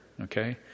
okay